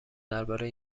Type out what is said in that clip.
درباره